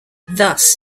thus